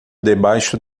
debaixo